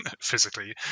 physically